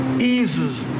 eases